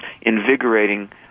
invigorating